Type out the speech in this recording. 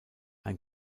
ein